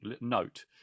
note